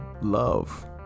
love